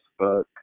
Facebook